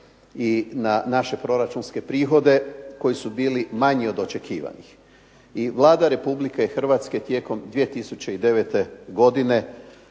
i naše proračunske prihode koji su bili manji od očekivanih. I Vlada Republike Hrvatske tijekom 2009. godine